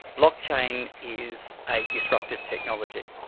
blockchain is a disruptive technology.